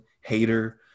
hater